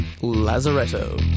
lazaretto